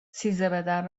سیزدهبدر